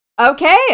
Okay